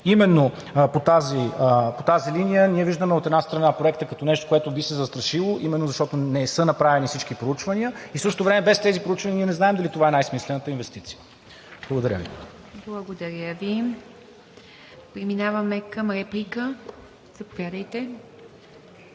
му. По тази линия ние виждаме, от една страна, проектът като нещо, което би се застрашило именно защото не са направени всички проучвания и в същото време без тези проучвания ние не знаем дали това е най-смислената инвестиция. Благодаря Ви. ПРЕДСЕДАТЕЛ ИВА МИТЕВА: Благодаря Ви. Преминаваме към реплика. Заповядайте.